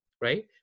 right